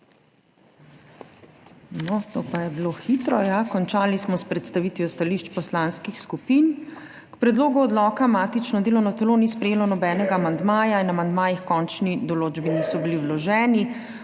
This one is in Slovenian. to pa je bilo hitro. Končali smo s predstavitvijo stališč poslanskih skupin. K predlogu odloka matično delovno telo ni sprejelo nobenega amandmaja in amandmaji h končni določbi niso bili vloženi.